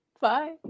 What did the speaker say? Bye